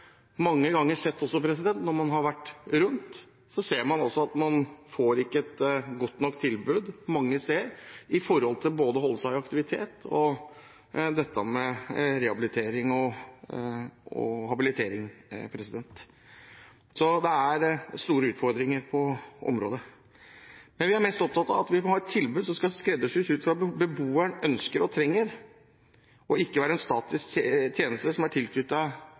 mange ganger også. Når man reiser rundt, ser man altså at man mange steder ikke får et godt nok tilbud om å holde seg i aktivitet, rehabilitering og habilitering, så det er store utfordringer på området. Men vi er mest opptatt av at vi må ha et tilbud som skal skreddersys ut fra hva beboeren ønsker og trenger, og ikke være en statisk tjeneste som er